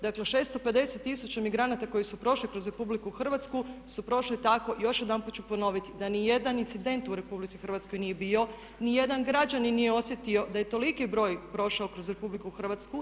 Dakle, 650 tisuća migranata koji su prošli kroz RH su prošli tako još jedanput ću ponoviti da nijedan incident u RH nije bio, nijedan građanin nije osjetio da je toliki broj prošao kroz RH.